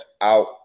out